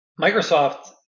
Microsoft